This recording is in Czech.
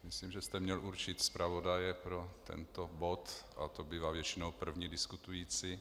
Myslím, že jste měl určit zpravodaje pro tento bod, a to bývá většinou první diskutující.